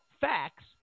facts